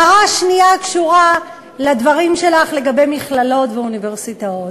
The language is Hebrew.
הערה שנייה קשורה לדברים שלך לגבי מכללות ואוניברסיטאות.